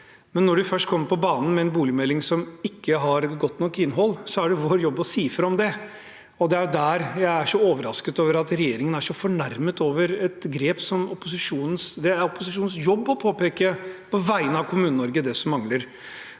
det så først kommer på banen en boligmelding som ikke har godt nok innhold, er det vår jobb å si fra om det. Det er der jeg er så overrasket over at regjeringen er så fornærmet. Det er opposisjonens jobb å påpeke på vegne av Kommune-Norge det som mangler.